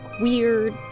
weird